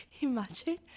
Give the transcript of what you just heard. Imagine